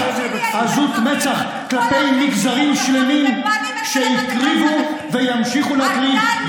כלפי מגזרים שלמים שהקריבו וימשיכו להקריב,